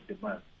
demand